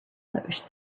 others